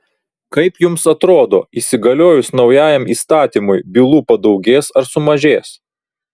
kaip jums atrodo įsigaliojus naujajam įstatymui bylų padaugės ar sumažės